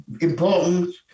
important